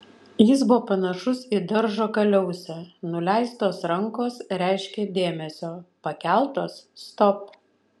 jis buvo panašus į daržo kaliausę nuleistos rankos reiškė dėmesio pakeltos stop